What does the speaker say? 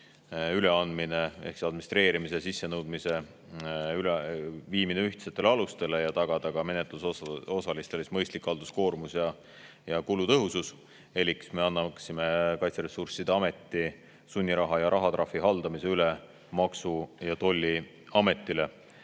üle ehk viia administreerimine ja sissenõudmine üle ühtsetele alustele ja tagada menetlusosalistele mõistlik halduskoormus ja kulutõhusus elik me anname Kaitseressursside Ameti sunniraha ja rahatrahvide haldamise üle Maksu- ja Tolliametile.